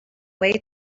way